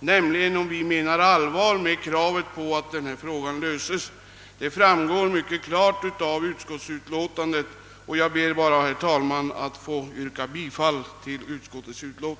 nämligen omr vi. menar allvar med kravet på att denna fråga skall lösas. Det framgår mycket klart av utlåtandet. Jag ber bara, herr talman, att få yrka bifall till utskottets hemställan.